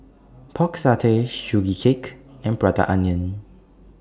Pork Satay Sugee Cake and Prata Onion